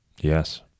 yes